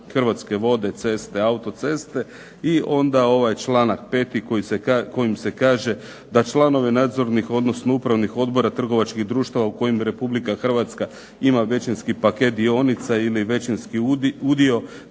Hrvatske vode, ceste autoceste i onda ovaj članak 5. kojim se kaže dsa članovi nadzornih odbora trgovačkih društava u kojim Republika Hrvatska ima većinski paket dionica, ili većinski udio,